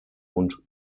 und